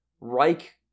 Reich